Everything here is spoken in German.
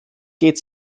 geht